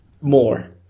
More